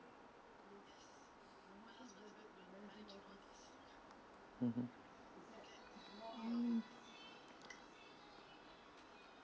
mmhmm